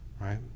right